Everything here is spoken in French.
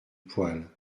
poêle